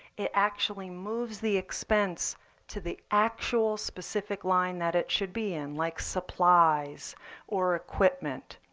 it actually moves the expense to the actual specific line that it should be in, like supplies or equipment.